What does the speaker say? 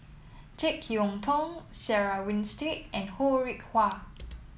JeK Yeun Thong Sarah Winstedt and Ho Rih Hwa